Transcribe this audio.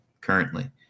currently